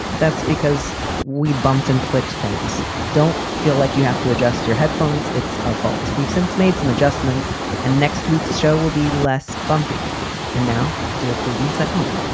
that's because we bumped and clicked. things don't feel like you have to adjust your headphones. it's our fault. we've since made some adjustments and next week's show will be less bumpy and now dear prudence at home